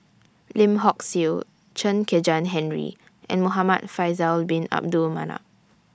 Lim Hock Siew Chen Kezhan Henri and Muhamad Faisal Bin Abdul Manap